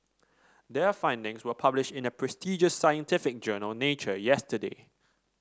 their findings were published in the prestigious scientific journal Nature yesterday